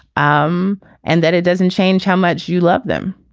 um and that it doesn't change how much you love them